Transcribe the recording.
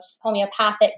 homeopathic